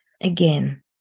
Again